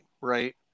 right